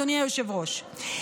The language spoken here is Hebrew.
אדוני היושב-ראש,